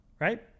Right